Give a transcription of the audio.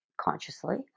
consciously